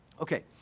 Okay